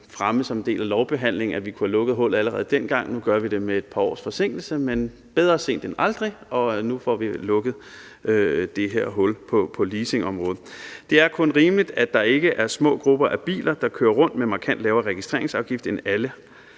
fremme som en del af lovbehandlingen, at vi kunne have lukket hullet allerede dengang. Nu gør vi det med et par års forsinkelse, men bedre sent end aldrig. Nu får vi lukket det her hul på leasingområdet. Det er kun rimeligt, at der ikke er små grupper af biler, der kører rundt med en markant lavere registreringsafgift end det,